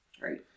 Right